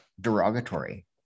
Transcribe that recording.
derogatory